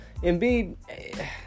Embiid